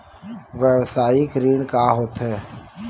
व्यवसायिक ऋण का होथे?